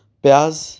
پیاز